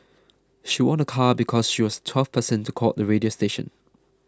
she won a car because she was the twelfth person to call the radio station